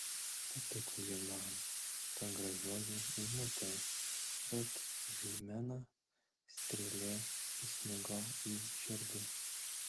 patiko ji man ta gražioji eimutė bet žeimena strėle įsmigo į širdį